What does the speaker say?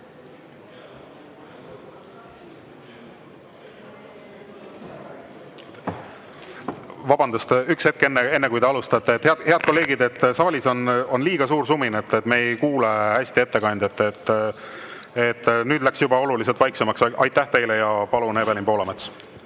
Palun! Vabandust, üks hetk, enne kui te alustate! Head kolleegid, saalis on liiga suur sumin, me ei kuule hästi ettekandjat. Nüüd läks juba oluliselt vaiksemaks. Aitäh teile! Ja palun, Evelin Poolamets!